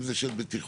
אם זה של בטיחות,